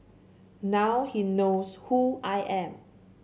now he knows who I am